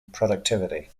productivity